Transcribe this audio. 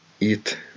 eat